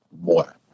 more